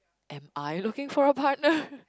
am I looking for a partner